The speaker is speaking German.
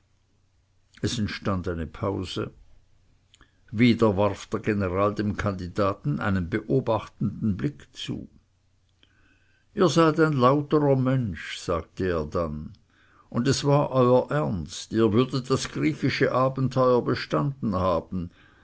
es entstand eine pause wieder warf der general dem kandidaten einen beobachtenden blick zu ihr seid ein lauterer mensch sagte er dann und es war euer ernst ihr würdet das griechische abenteuer bestanden haben